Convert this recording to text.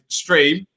stream